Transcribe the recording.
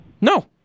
No